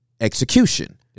execution